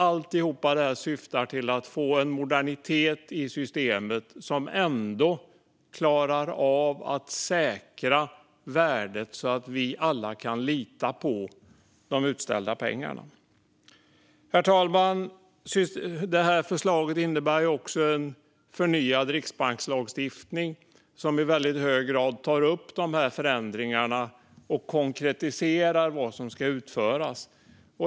Allt detta syftar till att få en modernitet i systemet som ändå klarar av att säkra värdet så att vi alla kan lita på de utställda pengarna. Herr talman! Förslaget innebär också en förnyad riksbankslagstiftning som i väldigt hög grad tar upp dessa förändringar och konkretiserar vad som ska utföras.